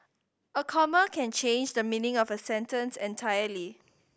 a comma can change the meaning of a sentence entirely